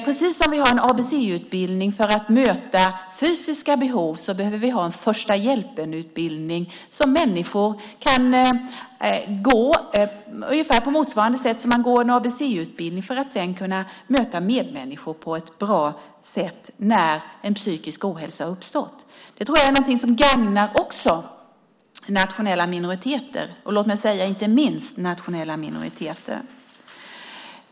Precis som vi har en ABC-utbildning för att möta fysiska behov behöver vi ha en första hjälpen-utbildning som människor kan gå på motsvarande sätt som man går en ABC-utbildning för att sedan kunna möta medmänniskor på ett bra sätt när psykisk ohälsa uppstått. Det tror jag är någonting som också gagnar nationella minoriteter, och låt mig säga: inte minst nationella minoriteter.